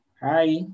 Hi